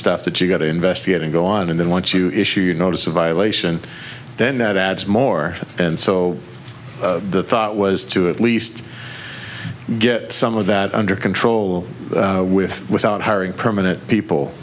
stuff that you've got to investigate and go on and then once you issue your notice of violation then that adds more and so the thought was to at least get some of that under control with without hiring permanent